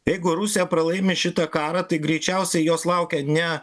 jeigu rusija pralaimi šitą karą tai greičiausiai jos laukia ne